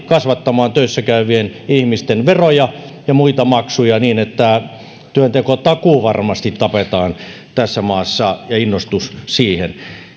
kasvattamaan töissä käyvien ihmisten veroja ja muita maksuja niin että työteko takuuvarmasti tapetaan tässä maassa ja innostus siihen